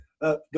Go